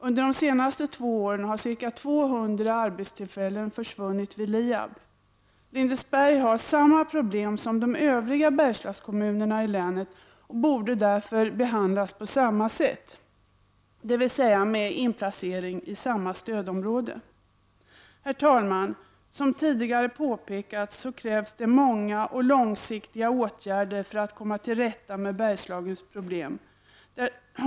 Under de senaste två åren har ca 200 arbetstillfällen försvunnit vid LIAB. Lindesberg har samma problem som de övriga Bergslagskommunerna i länet och borde därför behandlas på samma sätt, dvs. inplaceras i samma stödområde. Herr talman! Som tidigare påpekats krävs det många och långsiktiga åtgärder för att man skall komma till rätta med Bergslagens problem.